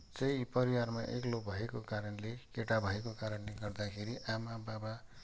चाहिँ परिवारमा एक्लो भएको कारणले केटा भएको कारणले गर्दाखेरि आमा बाबा